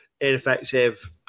ineffective